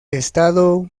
estado